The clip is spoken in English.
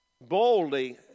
boldly